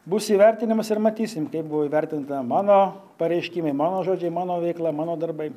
bus įvertinimas ir matysim kaip buvo įvertinta mano pareiškimai mano žodžiai mano veikla mano darbai